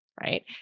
Right